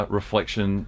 reflection